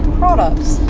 products